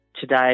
today